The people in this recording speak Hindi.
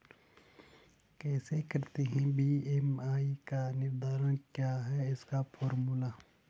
कैसे करते हैं बी.एम.आई का निर्धारण क्या है इसका फॉर्मूला?